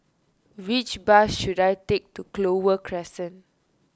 which bus should I take to Clover Crescent